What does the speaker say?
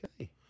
Okay